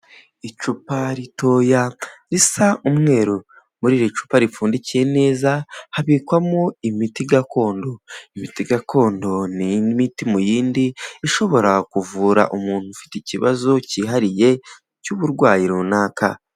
Icupa ritoya risa umweru, muri iri cupa ripfundikiye neza, habikwamo imiti gakondo. Imiti gakondo ni imiti mu yindi ishobora kuvura umuntu ufite ikibazo cyihariye, cy'uburwayi runaka.